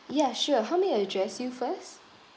ya sure how may I address you first